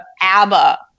ABBA